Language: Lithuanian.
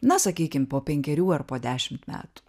na sakykim po penkerių ar po dešimt metų